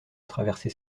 traverser